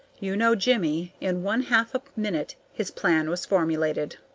you know jimmie. in one half a minute his plan was formulated.